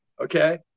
okay